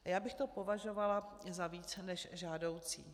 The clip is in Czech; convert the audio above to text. Já bych to považovala za více než žádoucí.